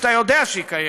שאתה יודע שהיא קיימת: